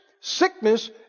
sickness